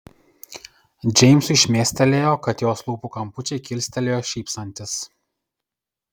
džeimsui šmėstelėjo kad jos lūpų kampučiai kilstelėjo šypsantis